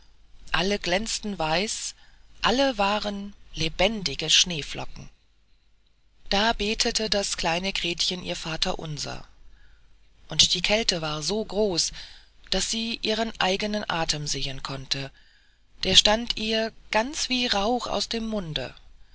alle glänzten weiß alle waren lebendige schneeflocken da betete das kleine gretchen ihr vaterunser und die kälte war so groß daß sie ihren eigenen atem sehen konnte der stand ihr ganz wie rauch aus dem munde